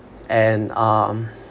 and um